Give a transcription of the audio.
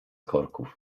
korków